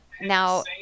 Now